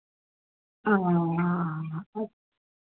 हाँ हाँ